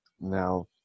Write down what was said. Now